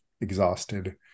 exhausted